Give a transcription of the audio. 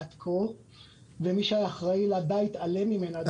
עד כה ומי שהיה אחראי לה די התעלם ממנה.